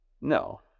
No